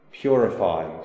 Purified